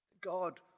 God